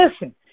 listen